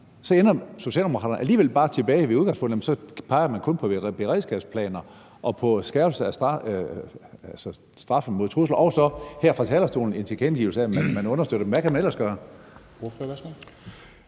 Så ender Socialdemokraterne alligevel bare tilbage ved udgangspunktet, hvor man kun peger på beredskabsplaner og skærpelse af straffen for trusler og her fra talerstolen en tilkendegivelse af, at man understøtter dem. Men hvad kan man ellers gøre?